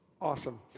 Awesome